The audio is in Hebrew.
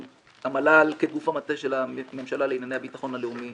המל"ל כגוף המטה של הממשלה לענייני הביטחון הלאומי